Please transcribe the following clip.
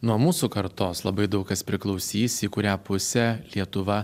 nuo mūsų kartos labai daug kas priklausys į kurią pusę lietuva